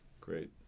Great